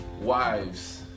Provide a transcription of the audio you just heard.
wives